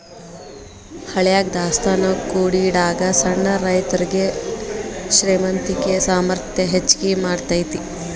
ಹಳ್ಯಾಗ ದಾಸ್ತಾನಾ ಕೂಡಿಡಾಗ ಸಣ್ಣ ರೈತರುಗೆ ಶ್ರೇಮಂತಿಕೆ ಸಾಮರ್ಥ್ಯ ಹೆಚ್ಗಿ ಮಾಡತೈತಿ